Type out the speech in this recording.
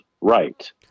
right